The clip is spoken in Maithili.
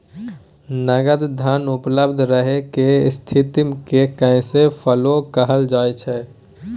नगद धन उपलब्ध रहय केर स्थिति केँ कैश फ्लो कहल जाइ छै